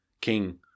King